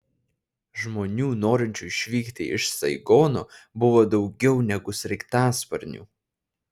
žmonių norinčių išvykti iš saigono buvo daugiau negu sraigtasparnių